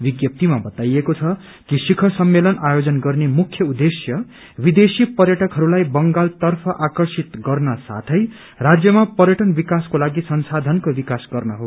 विज्ञप्तीमा बताइएको छ कि शिखर सम्मेलन आयोजन गर्ने मुख्य उद्देश्य विदेशी पर्यटकहरूलाई बंगालतर्फ आकर्षित गर्न साथै राज्यमा पर्यटन विकासको लागि संशाधनको विकास गर्न हो